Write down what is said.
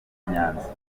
nyanza